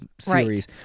series